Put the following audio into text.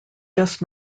just